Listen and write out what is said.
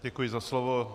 Děkuji za slovo.